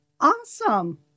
awesome